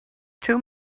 two